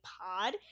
Pod